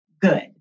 good